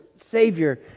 Savior